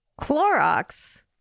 Clorox